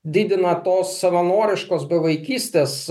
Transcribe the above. didina tos savanoriškos bevaikystės